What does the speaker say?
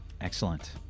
Excellent